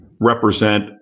represent